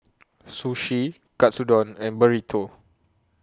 Sushi Katsudon and Burrito